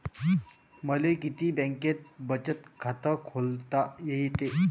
मले किती बँकेत बचत खात खोलता येते?